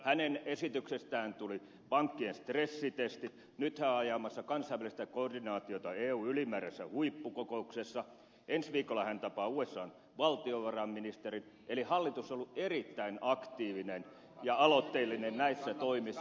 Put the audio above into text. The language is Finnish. hänen esityksestään tulivat pankkien stressitestit nyt hän on ajamassa kansainvälistä koordinaatiota eun ylimääräisessä huippukokouksessa ensi viikolla hän tapaa usan valtiovarainministerin eli hallitus on ollut erittäin aktiivinen ja aloitteellinen näissä toimissa